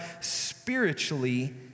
spiritually